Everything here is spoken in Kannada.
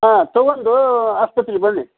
ಹಾಂ ತಗೊಂಡು ಆಸ್ಪತ್ರೆಗೆ ಬನ್ನಿ